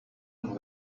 and